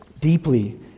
deeply